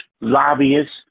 lobbyists